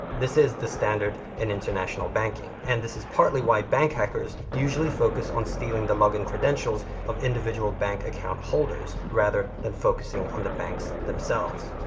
this is the standard in international banking. and, this is partly why bank hackers usually focus on stealing the login credentials of individual bank account holders, rather than and focusing on the banks themselves.